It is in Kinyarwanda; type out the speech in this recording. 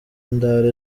ndara